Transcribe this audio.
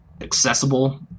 accessible